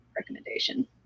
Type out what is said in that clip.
recommendation